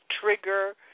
trigger